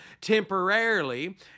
temporarily